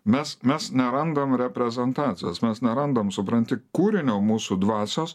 mes mes nerandam reprezentacijos mes nerandam supranti kūrinio mūsų dvasios